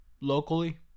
locally